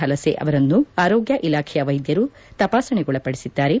ಹಲಸೆ ಅವರನ್ನು ಆರೋಗ್ಯ ಇಲಾಖೆಯ ವೈದ್ಯರು ತಪಾಸಣೆಗೊಳಪಡಿಸಿದ್ದಾರೆ